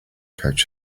coach